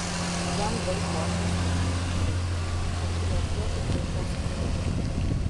jam daug košės reikia iškabinti kad priartėtų prie šios kėdės